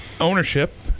ownership